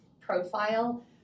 profile